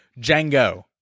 Django